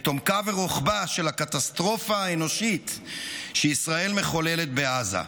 את עומקה ורוחבה של הקטסטרופה האנושית שישראל מחוללת בעזה.